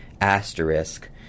asterisk